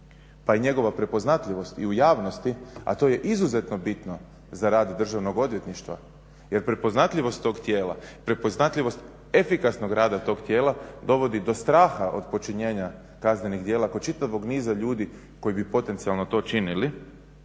pa i njegova prepoznatljivost i u javnosti, a to je izuzetno bitno za rad Državnog odvjetništva jer prepoznatljivost tog tijela, prepoznatljivost efikasnog rada tog tijela dovodi do straha od počinjenja kaznenih djela kod čitavog niza ljudi koji bi potencijalno to činili.